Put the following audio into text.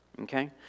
okay